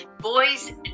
boys